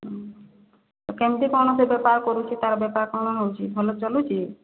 ହୁଁ ଆଉ କେମିତି କ'ଣ ସେ ବେପାର କରୁଛି ତା'ର ବେପାର କ'ଣ ହେଉଛି ଭଲ ଚାଲୁଛି